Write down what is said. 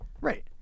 right